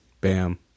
bam